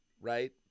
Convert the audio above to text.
right